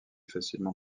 facilement